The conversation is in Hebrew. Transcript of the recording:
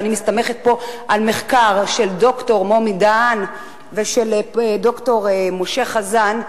ואני מסתמכת פה על מחקר של ד"ר מומי דהן ושל ד"ר משה חזן,